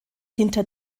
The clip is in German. hinter